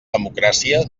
democràcia